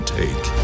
take